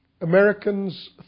Americans